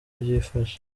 byifashe